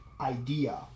idea